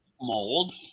mold